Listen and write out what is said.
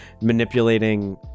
manipulating